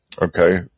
Okay